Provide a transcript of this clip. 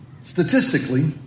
statistically